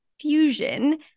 fusion